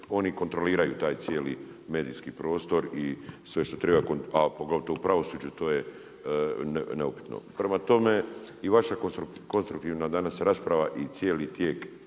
oni kontroliraju taj cijeli medijski prostor, a poglavito u pravosuđu to je neupitno. Prema tome, i vaša konstruktivna danas rasprava i cijeli tijek